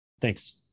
Thanks